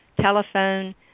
telephone